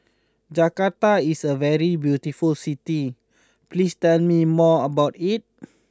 Jakarta is a very beautiful city please tell me more about it